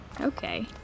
Okay